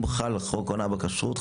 אם חל חוק הונאה בכשרות,